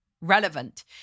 relevant